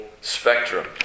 spectrum